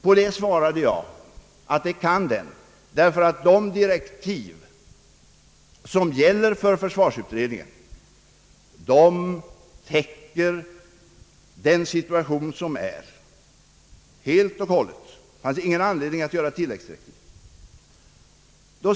På det svarade jag, att det kan den, därför att de direktiv som gäller för försvarsutredningen helt och hållet täcker den situation som råder. Det fanns ingen som helst anledning att ge tilläggsdirektiv.